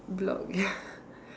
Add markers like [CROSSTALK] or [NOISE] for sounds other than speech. block ya [LAUGHS]